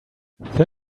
thin